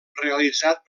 realitzat